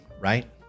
right